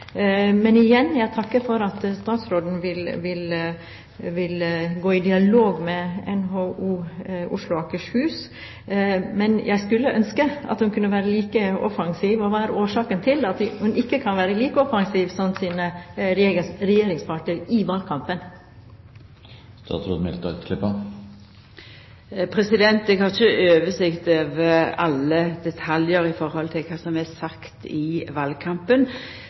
igjen, henger sammen. Igjen: Jeg takker for at statsråden vil gå i dialog med NHO Oslo og Akershus. Men hva er årsaken til at hun ikke kan være like offensiv som hennes regjeringspartnere var i valgkampen? Eg har ikkje oversikt over alle detaljar i høve til kva som vart sagt i